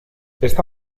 esta